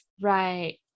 Right